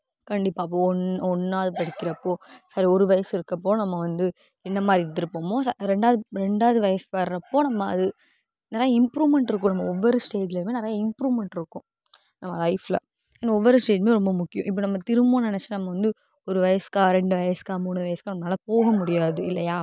கண்டிப்பாக ஒன் ஒன்னாவது படிக்கிறப்போ சரி ஒரு வயசு இருக்குறப்போ நம்ம வந்து எந்த மாதிரி இருந்துருப்போமோ ரெண்டு ரெண்டாவது வயசு வரப்போ நம்ம அது நல்லா இம்ப்ரூமென்ட் இருக்கும் நம்ம ஒவ்வொரு ஸ்டேஜ்லையும் நிறைய இம்ப்ரூமென்ட் இருக்கும் நம்ம லைஃப்பில் அண்ட் ஒவ்வொரு ஸ்டேஜ்மே ரொம்ப முக்கியம் இப்போ நம்ம திரும்ப நினச்சா நம்ம வந்து ஒரு வயசுக்கா ரெண்டு வயசுக்கா மூன் வயசுக்கா நம்மளால் போக முடியாது இல்லையா